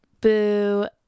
boo